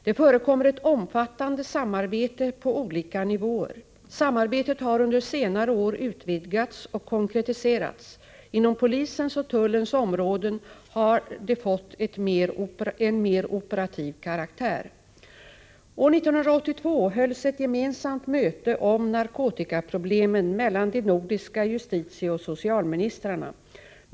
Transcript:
Det förekommer ett omfattande samarbete på olika nivåer. Samarbetet har under senare år utvidgats och konkretiserats. Inom polisens och tullens områden har det fått en mer operativ karaktär. År 1982 hölls ett gemensamt möte om narkotikaproblemen mellan de nordiska justitieoch socialministrarna.